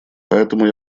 поэтому